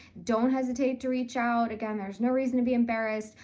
don't hesitate to reach out. again, there's no reason to be embarrassed.